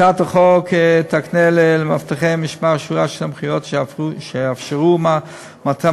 הצעת החוק תקנה למאבטחי המשמר שורה של סמכויות שיאפשרו מתן